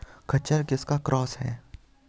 खच्चर किसका क्रास है?